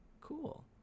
cool